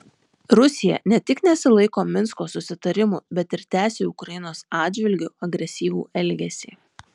rusija ne tik nesilaiko minsko susitarimų bet ir tęsia ukrainos atžvilgiu agresyvų elgesį